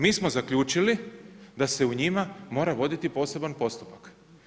Mi smo zaključili da se u njima mora voditi poseban postupak.